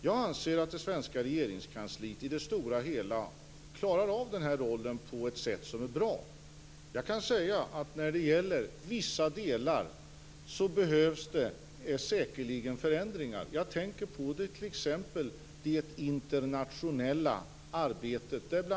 Jag anser att det svenska Regeringskansliet i det stora hela klarar av den här rollen på ett bra sätt. Jag kan säga att det när det gäller vissa delar säkerligen behövs förändringar. Jag tänker t.ex. på det internationella arbetet.